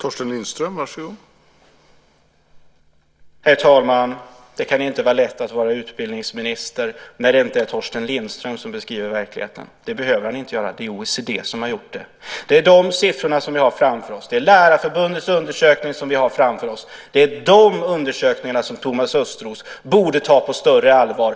Herr talman! Det kan inte vara lätt att vara utbildningsminister när det inte är Torsten Lindström som beskriver verkligheten. Det behöver han inte göra - det är OECD som har gjort det. Det är de siffrorna som vi har framför oss. Det är Lärarförbundets undersökning som vi har framför oss. Det är de undersökningarna som Thomas Östros borde ta på större allvar.